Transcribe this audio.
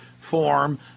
form